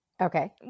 okay